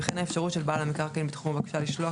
וכן האפשרות של בעל המקרקעין בתחום הבקשה לשלוח